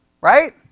Right